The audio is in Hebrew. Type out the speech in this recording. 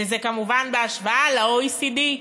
וזה כמובן בהשוואה ל-OECD,